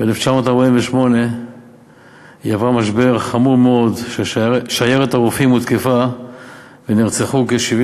ב-1948 הוא עבר משבר חמור מאוד כששיירת הרופאים הותקפה ונרצחו כ-77